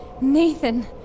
Nathan